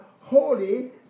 holy